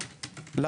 לא.